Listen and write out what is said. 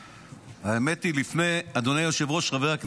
האמת, אדוני היושב-ראש, חברי הכנסת,